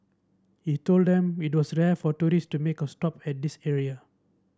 he told them it was rare for tourist to make a stop at this area